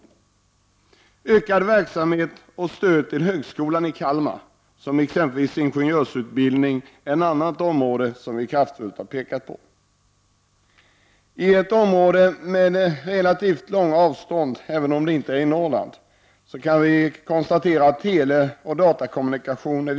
En ökad verksamhet och ett stöd till högskolan i Kalmar för exempelvis inigenjörsutbildning är också något som vi kraftfullt har pekat på. Vi kan konstatera att teleoch datakommunikation är viktig i ett område med relativt långa avstånd, även om det inte är i Norrland.